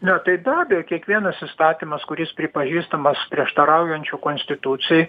na tai be abejo kiekvienas įstatymas kuris pripažįstamas prieštaraujančiu konstitucijai